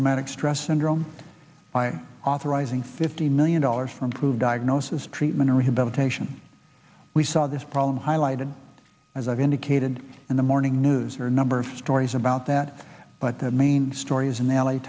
traumatic stress syndrome by authorizing fifty million dollars from prove diagnosis treatment or rehabilitation we saw this problem highlighted as i've indicated in the morning news or a number of stories about that but the main story is in the l